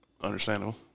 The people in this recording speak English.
Understandable